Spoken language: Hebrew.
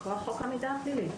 מכוח חוק המידע הפלילי.